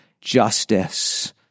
justice